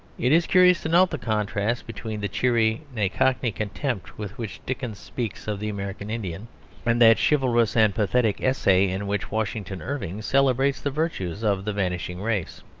it is curious to note the contrast between the cheery, nay cockney, contempt with which dickens speaks of the american indian and that chivalrous and pathetic essay in which washington irving celebrates the virtues of the vanishing race.